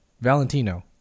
valentino